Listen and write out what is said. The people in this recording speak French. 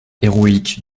héroïque